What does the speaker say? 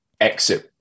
exit